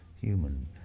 human